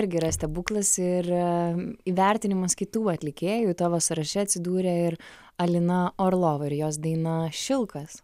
irgi yra stebuklas ir įvertinimas kitų atlikėjų tavo sąraše atsidūrė ir alina orlova ir jos daina šilkas